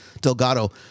Delgado